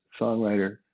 songwriter